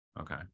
Okay